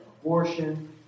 abortion